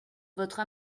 votre